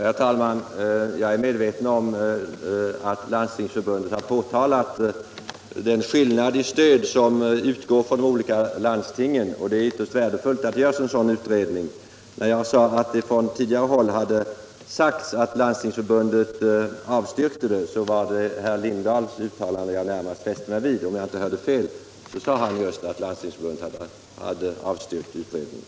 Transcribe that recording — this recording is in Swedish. Herr talman! Jag är medveten om att Landstingsförbundet har visat på den skillnad i stöd som utgår från de olika landstingen, och det är ytterst värdefullt att det görs en utredning om det. När jag sade att det tidigare har påståtts att Landstingsförbundet avstyrkt motionen, så var det herr Lindahls i Lidingö uttalande som jag närmast tänkte på. Om jag inte hörde fel, så sade han nämligen just att Landstingsförbundet hade avstyrkt motionen i fråga.